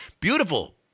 Beautiful